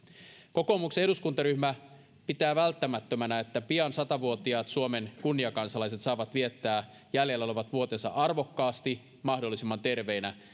kokoomuksen eduskuntaryhmä pitää välttämättömänä että pian sata vuotiaat suomen kunniakansalaiset saavat viettää jäljellä olevat vuotensa arvokkaasti mahdollisimman terveinä